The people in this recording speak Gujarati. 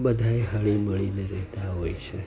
બધાય હળી મળીને રહેતા હોય છે